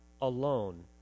alone